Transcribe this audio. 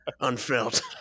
unfelt